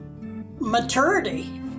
maturity